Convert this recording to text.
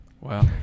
Wow